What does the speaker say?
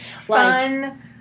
fun